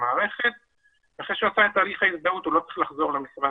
הבקשה שלנו להיכלל בתוספת